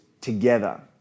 together